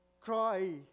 cry